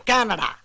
Canada